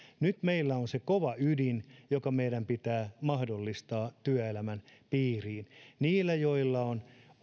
nyt meillä on se kova ydin joka meidän pitää mahdollistaa työelämän piiriin niille joilla on